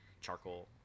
charcoal